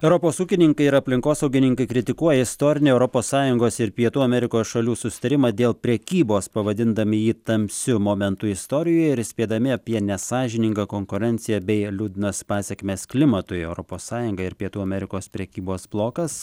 europos ūkininkai ir aplinkosaugininkai kritikuoja istorinį europos sąjungos ir pietų amerikos šalių susitarimą dėl prekybos pavadindami jį tamsiu momentu istorijoje ir įspėdami apie nesąžiningą konkurenciją bei liūdnas pasekmes klimatui europos sąjunga ir pietų amerikos prekybos blokas